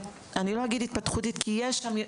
אני לא אגיד התפתחותית אבל ברמה מסוימת.